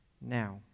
now